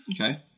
Okay